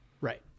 Right